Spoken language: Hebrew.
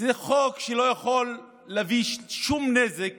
שזה חוק שלא יכול להביא שום נזק